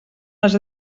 les